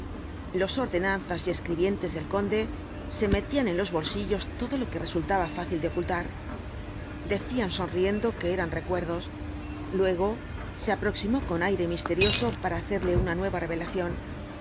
los ordenanzas y escribientes del conde se metían en los bolsillos todo lo que resultaba fácil de ocultar decían sonriendo que eran recuerdos luego se aproximó con aire misterioso para hacerle una nueva revelación